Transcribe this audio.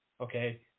Okay